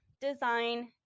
design